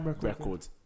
record